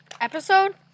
episode